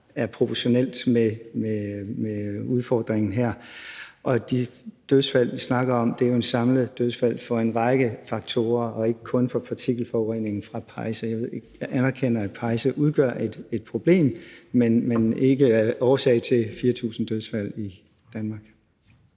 er proportionalt med udfordringen her, og de dødsfald, vi snakker om her, er jo det samlede antal dødsfald som følge af en række faktorer og ikke kun partikelforurening fra pejse. Jeg anerkender, at pejse udgør et problem, men de er ikke årsag til 4.000 dødsfald i Danmark.